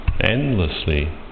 endlessly